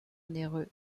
onéreux